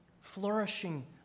flourishing